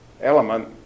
element